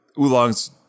Oolong's